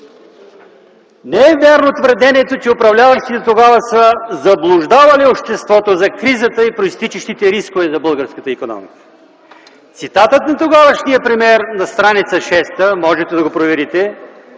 Не е вярно твърдението, че управляващите тогава са заблуждавали обществото за кризата и произтичащите рискове за българската икономика. Цитатът на тогавашния премиер на стр. 6 (можете да го проверите),